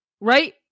right